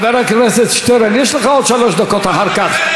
חבר הכנסת שטרן, יש לך עוד שלוש דקות אחר כך.